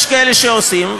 יש כאלה שעושים,